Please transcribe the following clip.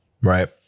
right